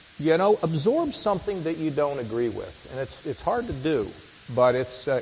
you know, absorb something that you don't agree with and it's, it's hard to do but it's,